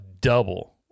double